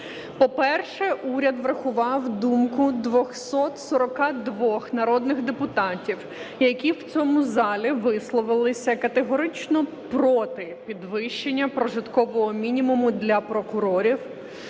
По-перше, уряд врахував думку 242 народних депутатів, які в цьому залі висловилися категорично проти підвищення прожиткового мінімуму для прокурорів